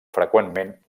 freqüentment